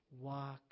Walk